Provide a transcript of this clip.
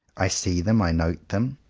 i see them, i note them,